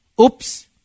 Oops